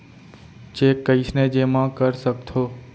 Cheque कईसने जेमा कर सकथो?